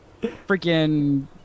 freaking